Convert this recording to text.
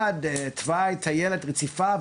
תמ"א1 תוואי טיילת רציפה,